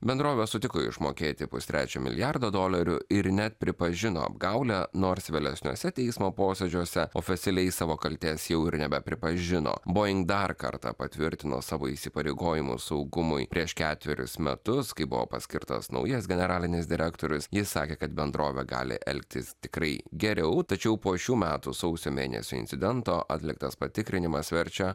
bendrovė sutiko išmokėti pustrečio milijardo dolerių ir net pripažino apgaulę nors vėlesniuose teismo posėdžiuose oficialiai savo kaltės jau ir nebepripažino boeing dar kartą patvirtino savo įsipareigojimus saugumui prieš ketverius metus kai buvo paskirtas naujas generalinis direktorius jis sakė kad bendrovė gali elgtis tikrai geriau tačiau po šių metų sausio mėnesio incidento atliktas patikrinimas verčia